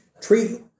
treat